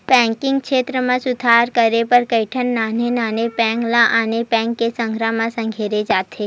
banking छेत्र म सुधार करे बर कइठन नान्हे नान्हे बेंक ल आने बेंक के संघरा म संघेरे जाथे